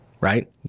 right